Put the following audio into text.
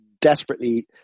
desperately